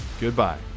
goodbye